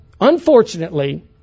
Unfortunately